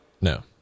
No